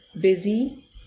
busy